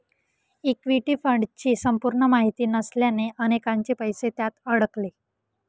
equity फंडची संपूर्ण माहिती नसल्याने अनेकांचे पैसे त्यात अडकले